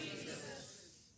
Jesus